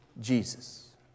Jesus